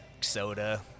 soda